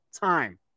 time